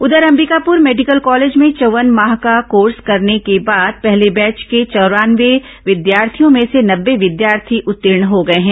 उधर Ambikapur medical college में चौव्वन माह का कोर्स करने के बाद पहले बैच के चौरानवे विद्यार्थियों में से नब्बे विद्यार्थी उत्तीर्ण हो गए हैं